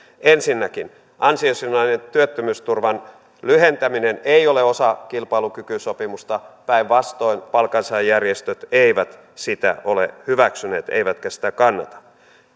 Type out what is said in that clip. ensinnäkin ansiosidonnaisen työttömyysturvan lyhentäminen ei ole osa kilpailukykysopimusta päinvastoin palkansaajajärjestöt eivät sitä ole hyväksyneet eivätkä sitä kannata